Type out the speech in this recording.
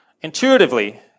Intuitively